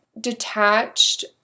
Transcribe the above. detached